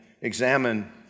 examine